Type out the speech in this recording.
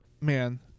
man